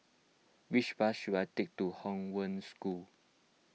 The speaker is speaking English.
which bus should I take to Hong Wen School